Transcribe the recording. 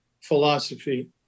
philosophy